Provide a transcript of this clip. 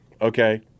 Okay